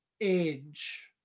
age